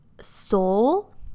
soul